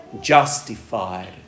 justified